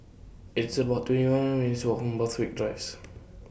It's about twenty one minutes' Walk Borthwick Drives